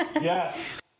Yes